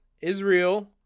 israel